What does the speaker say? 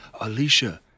Alicia